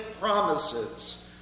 promises